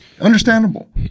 Understandable